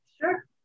Sure